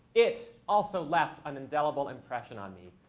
it also left an indelible impression on me.